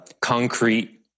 concrete